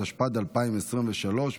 התשפ"ד 2023,